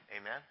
Amen